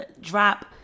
drop